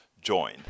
join